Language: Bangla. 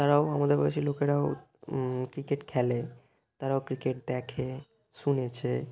তারাও আমাদের বয়েসি লোকেরাও ক্রিকেট খেলে তারাও ক্রিকেট দেখে শুনেছে